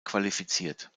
qualifiziert